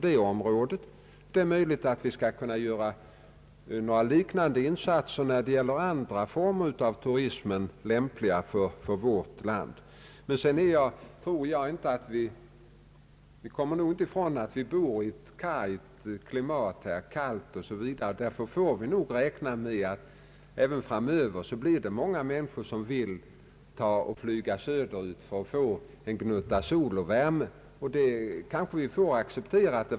Det är möjligt att vi kan göra liknande insatser när det gäller andra former av turism lämpliga för vårt land. Men sedan kommer vi nog aldrig ifrån det faktum att vi bor i ett kargt klimat. Därför måste vi nog även framöver räkna med att många människor vill flyga söderut för att få en gnutta sol och värme. Detta får vi helt enkelt acceptera.